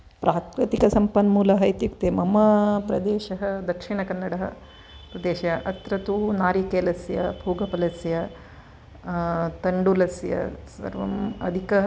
प्राकृतिकसम्पन्मूलः इत्युक्ते मम प्रदेशः दक्षिणकन्नडप्रदेशः अत्र तु नारिकेलस्य पूगफलस्य तण्डुलस्य सर्वम् अधिक